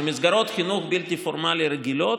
אלא למסגרות חינוך בלתי פורמלי רגילות,